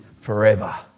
forever